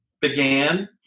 began